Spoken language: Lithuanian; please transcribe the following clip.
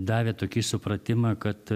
davė tokį supratimą kad